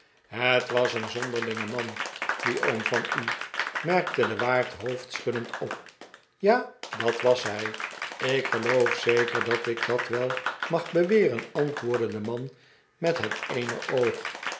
het was een zonderlinge man die oom van u merkte de waard hoofdschuddend op ja dat was hij ik geloof zeker dat ik dat wel mag beweren antwoordde de man met het eene oog